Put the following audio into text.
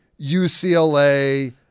UCLA